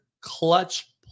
clutch